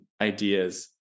ideas